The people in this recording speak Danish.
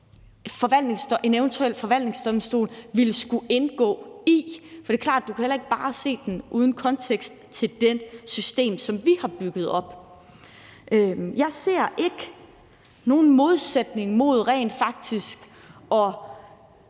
en eventuel forvaltningsdomstol ville skulle indgå i. For det er klart, at du heller ikke bare kan se den uden i konteksten af det system, som vi har bygget op. Jeg ser ikke nogen modsætning mellem rent faktisk